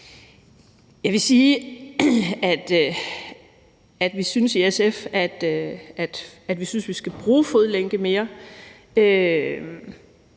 Jeg vil sige, at vi i SF synes, at vi skal bruge fodlænke mere.